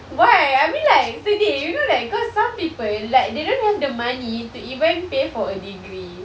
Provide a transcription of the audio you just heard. why I mean like sedih you know like cause some people like they don't have the money to even pay for a degree